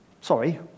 Sorry